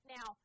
Now